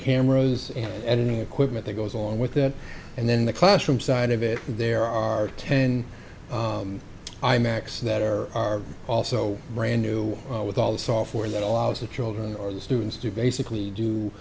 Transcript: cameras and editing equipment that goes along with that and then the classroom side of it there are ten imax that are are also brand new with all the software that allows the children or the students to basically do